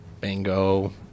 Bingo